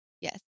Yes